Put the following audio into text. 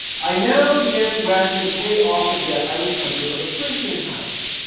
i now began gradually to pay off the debt i was under for the printing-house.